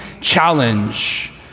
challenge